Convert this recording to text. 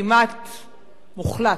כמעט מוחלט,